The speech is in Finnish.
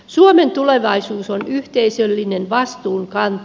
suomen tulevaisuus on yhteisöllinen vastuunkanto